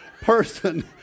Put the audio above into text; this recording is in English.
person